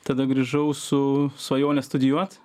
tada grįžau su svajone studijuot